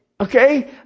Okay